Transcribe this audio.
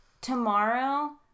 tomorrow